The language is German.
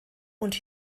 und